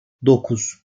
dokuz